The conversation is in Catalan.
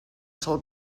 sol